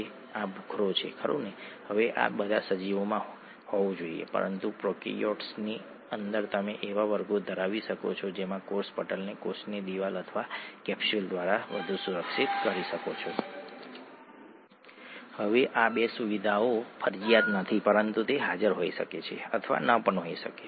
અને આ પ્રક્રિયા એડીપીના સબસ્ટ્રેટ લેવલ ફોસ્ફોરાયલેશન અથવા એડીપીના ઇલેક્ટ્રોન પરિવહન ફોસ્ફોરાયલેશન દ્વારા થાય છે આપણે આ બાબતો વિશે થોડી વિગતવાર તપાસ કરીશું